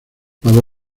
pagó